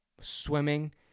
swimming